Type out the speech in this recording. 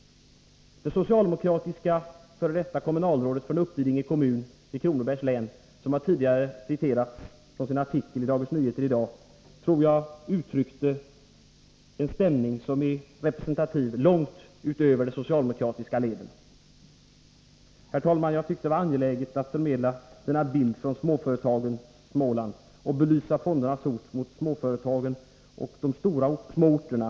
Det socialdemokratiska f. d. kommunalrådet från Uppvidinge kommun i Kronobergs län, som tidigare citerats från sin artikel i Dagens Nyheter i dag, uttryckte, tror jag, en stämning som är representativ långt utanför de socialdemokratiska leden. Herr talman! Jag tyckte det var angeläget att förmedla denna bild från småföretagens Småland och belysa fondernas hot mot småföretagen och de små orterna.